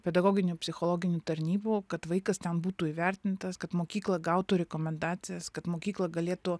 pedagoginių psichologinių tarnybų kad vaikas ten būtų įvertintas kad mokykla gautų rekomendacijas kad mokykla galėtų